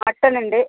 മട്ടനുണ്ട്